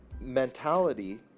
mentality